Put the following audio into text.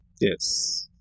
yes